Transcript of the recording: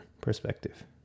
perspective